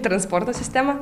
transporto sistemą